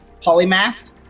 polymath